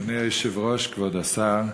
אדוני היושב-ראש, כבוד השר,